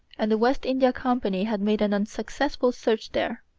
and the west india company had made an unsuccessful search there.